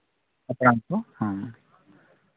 ᱦᱟᱯᱲᱟᱢ ᱠᱚ ᱦᱮᱸ